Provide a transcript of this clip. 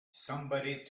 somebody